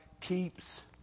keeps